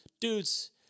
dude's